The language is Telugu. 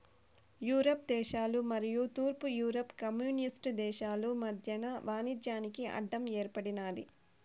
యూరప్ దేశాలు మరియు తూర్పు యూరప్ కమ్యూనిస్టు దేశాలు మధ్యన వాణిజ్యానికి అడ్డం ఏర్పడినాది